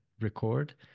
record